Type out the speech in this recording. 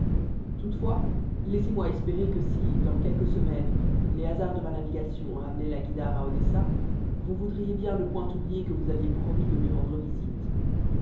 toutefois laissez-moi espérer que si dans quelques semaines les hasards de ma navigation ramenaient la guïdare à odessa vous voudriez bien ne point oublier que vous aviez promis de lui rendre visite